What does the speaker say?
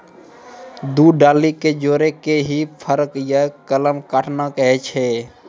दू डाली कॅ जोड़ना कॅ ही फोर्क या कलम काटना कहै छ